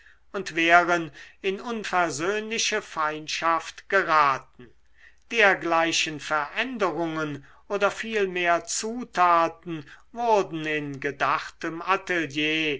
und wären in unversöhnliche feindschaft geraten dergleichen veränderungen oder vielmehr zutaten wurden in gedachtem atelier